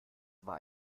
war